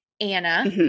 Anna